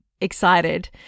excited